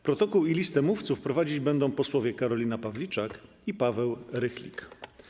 Protokół i listę mówców prowadzić będą posłowie Karolina Pawliczak i Paweł Rychlik.